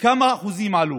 בכמה אחוזים עלו?